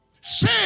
Say